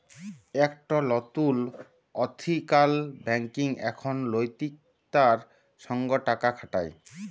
একট লতুল ethical banking এখন লৈতিকতার সঙ্গ টাকা খাটায়